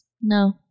No